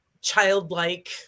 childlike